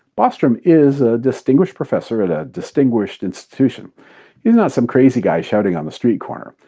bostrom is a distinguished professor at a distinguished institution. he's not some crazy guy shouting on the street corner.